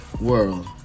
World